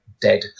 dead